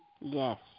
Yes